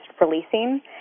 releasing